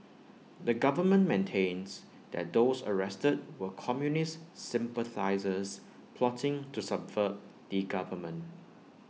the government maintains that those arrested were communist sympathisers plotting to subvert the government